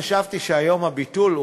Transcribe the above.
חשבתי שהיום הביטול,